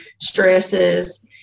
stresses